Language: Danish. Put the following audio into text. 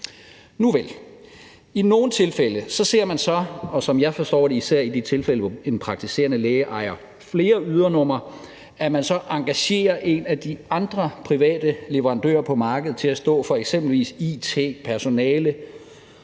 Nuvel. I nogle tilfælde ser man så – og, som jeg forstår det, især i de tilfælde, hvor en praktiserende læge ejer flere ydernumre – at man så engagerer en af de andre private leverandører på markedet til at stå for eksempelvis it, personale,